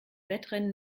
wettrennen